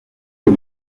que